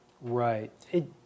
Right